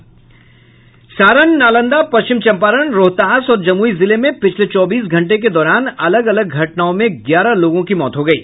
सारण नालंदा पश्चिम चंपारण रोहतास और जमुई जिले में पिछले चौबीस घंटे के दौरान अलग अलग घटनाओं में ग्यारह लोगों की मौत हो गयी